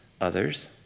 others